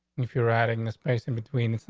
if you're adding the space in between,